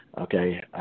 okay